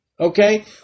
Okay